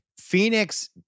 Phoenix